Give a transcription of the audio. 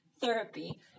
therapy